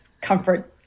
comfort